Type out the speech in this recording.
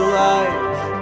life